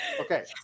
okay